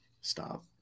Stop